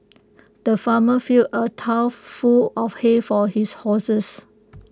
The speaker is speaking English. the farmer filled A trough full of hay for his horses